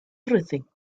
everything